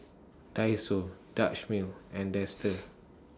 Daiso Dutch Mill and Dester